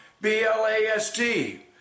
B-L-A-S-T